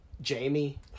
jamie